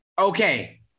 okay